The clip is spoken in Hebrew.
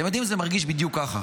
אתם יודעים שזה מרגיש בדיוק ככה,